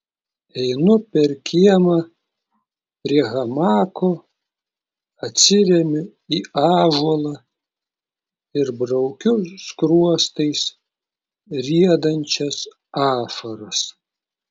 einu per kiemą prie hamako atsiremiu į ąžuolą ir braukiu skruostais riedančias ašaras